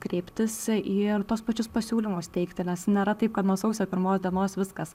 kreiptis į tuos pačius pasiūlymus teikti nes nėra taip kad nuo sausio pirmos dienos viskas